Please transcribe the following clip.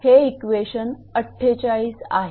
हे इक्वेशन 48 आहे